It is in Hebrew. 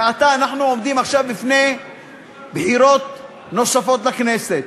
ועתה אנחנו עומדים עכשיו בפני בחירות נוספות לכנסת.